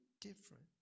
different